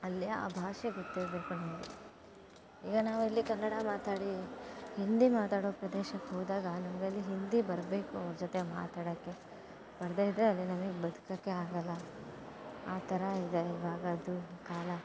ಅಲ್ಲಿ ಆ ಭಾಷೆ ಗೊತ್ತಿರಬೇಕು ನಮಗೆ ಈಗ ನಾವು ಇಲ್ಲಿ ಕನ್ನಡ ಮಾತಾಡಿ ಹಿಂದಿ ಮಾತಾಡೋ ಪ್ರದೇಶಕ್ಕೆ ಹೋದಾಗ ನಮಗೆ ಅಲ್ಲಿ ಹಿಂದಿ ಬರಬೇಕು ಅವರ ಜೊತೆ ಮಾತಡೋಕೆ ಬರದೇ ಇದ್ದರೆ ಅಲ್ಲಿ ನಮಿಗೆ ಬದ್ಕೋಕ್ಕೇ ಆಗಲ್ಲ ಆ ಥರ ಇದೆ ಇವಾಗಿಂದು ಕಾಲ